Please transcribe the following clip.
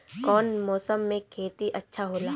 कौन मौसम मे खेती अच्छा होला?